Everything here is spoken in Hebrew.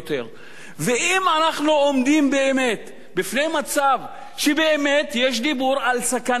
ואם אנחנו עומדים באמת בפני מצב שבאמת יש דיבור על סכנה ממשית,